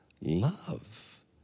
love